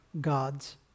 God's